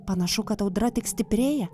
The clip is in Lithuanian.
panašu kad audra tik stiprėja